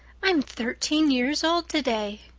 i'm thirteen years old today,